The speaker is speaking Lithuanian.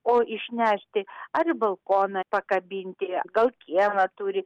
o išnešti ar į balkoną pakabinti gal kiemą turi